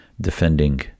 defending